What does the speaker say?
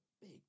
big